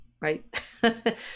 right